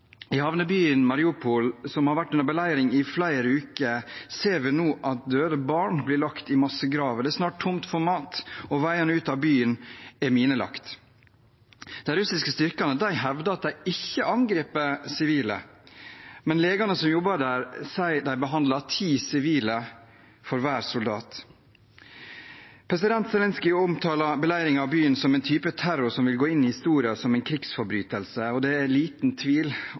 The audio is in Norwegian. I havnebyen Mariupol, som har vært under beleiring i flere uker, ser vi nå at døde barn blir lagt i massegraver. Det er snart tomt for mat, og veiene ut av byen er minelagt. De russiske styrkene hevder at de ikke angriper sivile, men legene som jobber der, sier de behandler ti sivile for hver soldat. President Zelenskyj omtaler beleiringen av byen som en type terror som vil gå inn i historien som en krigsforbrytelse, og det er liten tvil